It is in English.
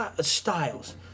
Styles